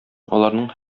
аларның